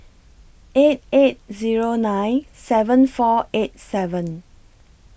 eight eight Zero nine seven four eight seven